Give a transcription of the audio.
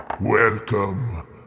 Welcome